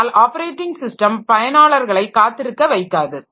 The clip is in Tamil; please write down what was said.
அதனால் ஆப்பரேட்டிங் ஸிஸ்டம் பயனாளர்களை காத்திருக்க வைக்காது